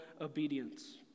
obedience